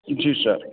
जी sir